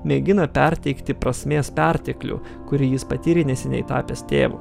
mėgina perteikti prasmės perteklių kurį jis patyrė neseniai tapęs tėvu